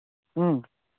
ꯎꯝ